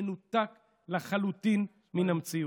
מנותק לחלוטין מן המציאות.